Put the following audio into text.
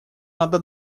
надо